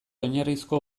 oinarrizko